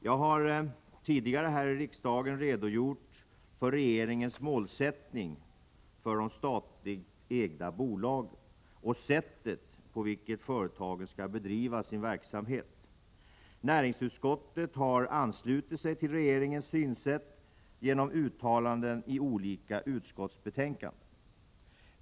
Jag har tidigare här i riksdagen redogjort för regeringens målsättning för de statligt ägda bolagen och sättet på vilket företagen skall bedriva sin verksamhet. Näringsutskottet har anslutit sig till regeringens synsätt genom uttalanden i olika utskottsbetänkanden.